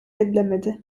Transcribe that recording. edilemedi